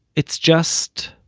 it's just,